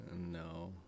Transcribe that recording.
no